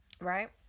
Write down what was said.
Right